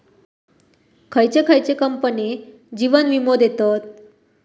खयचे खयचे कंपने जीवन वीमो देतत